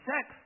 Sex